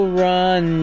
run